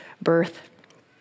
birth